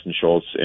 Schultz